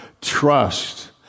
trust